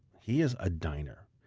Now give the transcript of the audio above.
he is a diner,